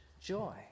joy